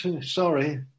sorry